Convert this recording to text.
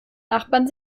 nachbarn